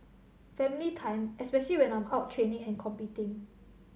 family time especially when I'm out training and competing